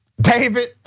David